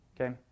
okay